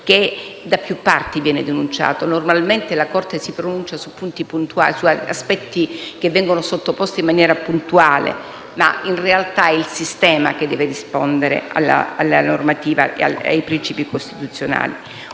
che da più parte viene denunciato. Normalmente la Corte costituzionale si pronuncia su aspetti che vengono sottoposti in maniera puntuale, ma in realtà è il sistema che deve rispondere alla normativa e ai principi costituzionali.